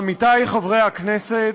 עמיתי חברי הכנסת,